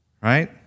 right